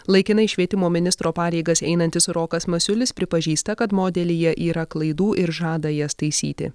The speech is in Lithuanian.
laikinai švietimo ministro pareigas einantis rokas masiulis pripažįsta kad modelyje yra klaidų ir žada jas taisyti